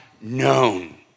known